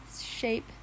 shape